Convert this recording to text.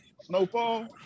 Snowfall